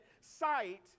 sight